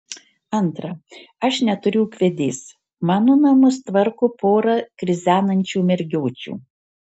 antra aš neturiu ūkvedės mano namus tvarko pora krizenančių mergiočių